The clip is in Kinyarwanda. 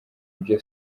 byo